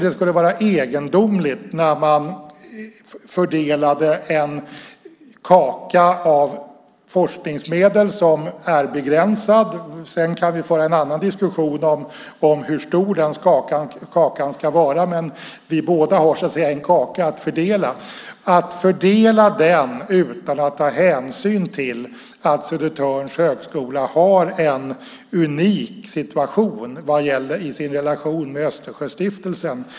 Det skulle vara egendomligt när man fördelar en kaka av forskningsmedel som är begränsad - vi kan föra en annan diskussion om hur stor den kakan ska vara, men vi har båda en kaka att fördela - att fördela den utan att ta hänsyn till att Södertörns högskola har en unik situation i sin relation med Östersjöstiftelsen.